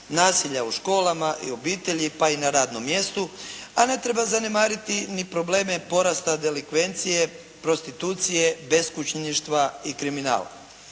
nasilja u školama i u obitelji pa i na radnom mjestu, a ne treba zanemariti ni problem porasta delikvencije, prostitucije, beskućništva i kriminala.